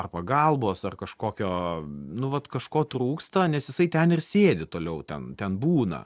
ar pagalbos ar kažkokio nu vat kažko trūksta nes jisai ten ir sėdi toliau ten ten būna